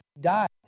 Died